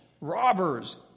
Robbers